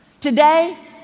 today